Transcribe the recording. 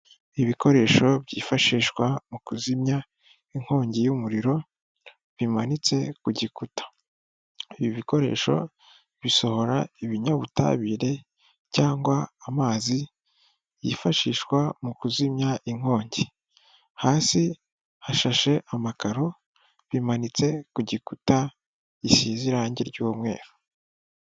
Ibikoresho byifashishwa mu kuzimya inkongi y'umuriro, bimanitse ku gikuta. Ibi bikoresho bisohora ibinyabutabire cyangwa amazi yifashishwa mu kuzimya inkongi. Hasi hashashe amakaro, bimanitse ku gikuta gisize irangi ry'umweru.